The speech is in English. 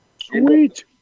Sweet